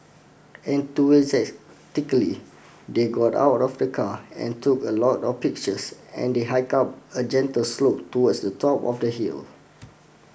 enthusiastically they got out of the car and took a lot of pictures and they hike up a gentle slope towards the top of the hill